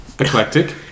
Eclectic